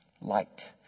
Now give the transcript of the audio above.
light